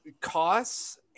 Costs